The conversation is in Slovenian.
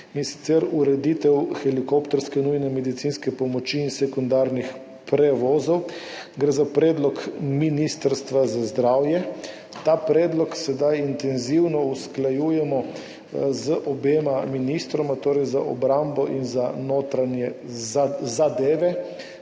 in sicer ureditev helikopterske nujne medicinske pomoči in sekundarnih prevozov. Gre za predlog Ministrstva za zdravje. Ta predlog sedaj intenzivno usklajujemo z obema ministroma, torej za obrambo in za notranje zadeve.